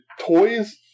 toys